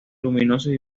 luminosos